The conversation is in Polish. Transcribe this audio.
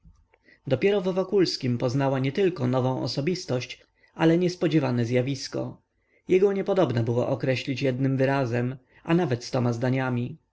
dopiero w wokulskim poznała nietylko nową osobistość ale niespodziewane zjawisko jego niepodobna było określić jednym wyrazem a nawet stoma zdaniami